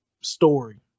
story